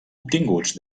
obtinguts